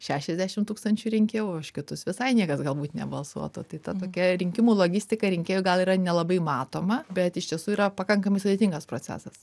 šešiasdešimt tūkstančių rinkėjų o už kitus visai niekas galbūt nebalsuotų tai ta tokia rinkimų logistika rinkėjų gal yra nelabai matoma bet iš tiesų yra pakankamai sudėtingas procesas